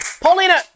Paulina